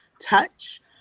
touch